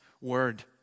word